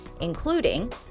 including